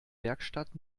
werkstatt